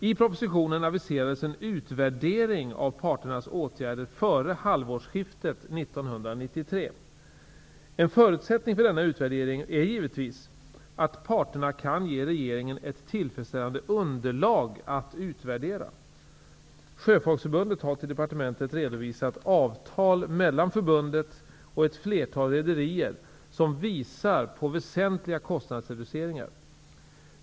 I propositionen aviserades en utvärdering av parternas åtgärder före halvårsskiftet 1993. En förutsättning för denna utvärdering är givetvis att parterna kan ge regeringen ett tillfredsställande underlag att utvärdera. Sjöfolksförbundet har till departementet redovisat avtal mellan förbundet och ett flertal rederier som visar på väsentliga kostnadsreduceringar.